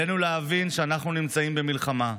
עלינו להבין שאנחנו נמצאים במלחמה,